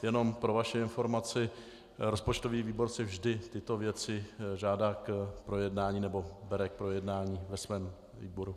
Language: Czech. Jenom pro vaši informaci: rozpočtový výbor si vždy tyto věci žádá k projednání nebo bere k projednání ve svém výboru.